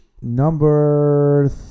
number